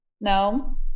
no